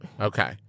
Okay